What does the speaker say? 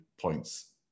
points